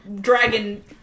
dragon